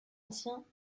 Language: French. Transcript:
anciens